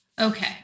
Okay